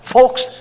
Folks